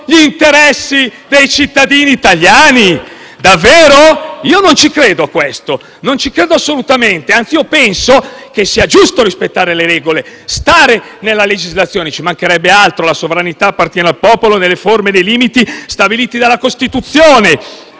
gli interessi dei cittadini italiani? Io non ci credo assolutamente e, anzi, penso sia giusto rispettare le regole e stare nella legislazione. Ci mancherebbe altro, perché la sovranità appartiene al popolo nelle forme e nei limiti stabiliti dalla Costituzione,